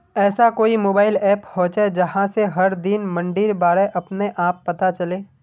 ऐसा कोई mobile app होचे जहा से हर दिन मंडीर बारे अपने आप पता चले?